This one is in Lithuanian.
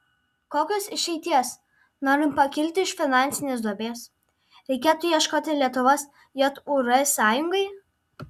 kokios išeities norint pakilti iš finansinės duobės reikėtų ieškoti lietuvos jūr sąjungai